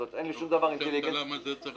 אין לי שום דבר נגד --- למה זה צריך